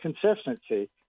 consistency